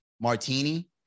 martini